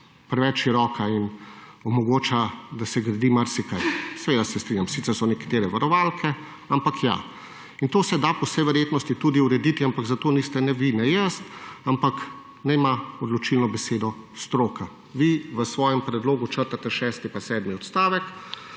preveč široka in omogoča, da se gradi marsikaj. Seveda se strinjam, sicer so nekatere varovalke, ampak ja. To se da po vsej verjetnosti tudi urediti. Ampak za to niste ne vi in ne jaz, ampak naj ima odločilno besedo stroka. Vi v svojem predlogu črtate šesti in sedmi odstavek